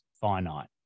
finite